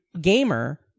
gamer